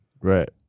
right